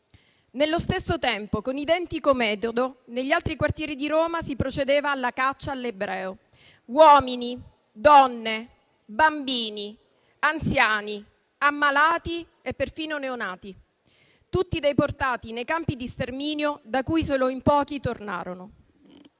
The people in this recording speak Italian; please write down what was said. Nello stesso tempo, con identico metodo, negli altri quartieri di Roma si procedeva alla caccia all'ebreo: uomini, donne, bambini, anziani, ammalati e perfino neonati, tutti deportati nei campi di sterminio, da cui solo in pochi tornarono.